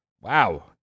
Wow